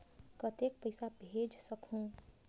कतेक पइसा भेज सकहुं?